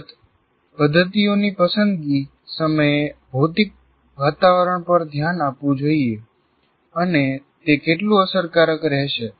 અલબત્ત પદ્ધતિઓની પસંદગી સમયે ભૌતિક વાતાવરણ પર ધ્યાન આપવું જોઈએ આપણે હાલમાં તે જોઈશું અને તે કેટલું અસરકારક રહેશે